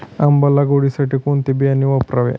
आंबा लागवडीसाठी कोणते बियाणे वापरावे?